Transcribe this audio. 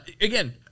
Again